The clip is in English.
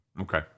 Okay